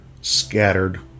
scattered